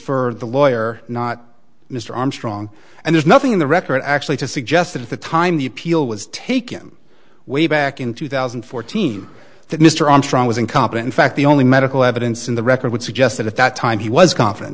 for the lawyer not mr armstrong and there's nothing in the record actually to suggest that at the time the appeal was taken way back in two thousand and fourteen that mr armstrong was incompetent in fact the only medical evidence in the record would suggest that at that time he was confident